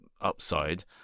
upside